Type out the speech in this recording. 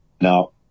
Now